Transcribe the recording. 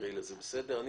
אני